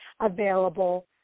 available